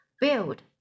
Build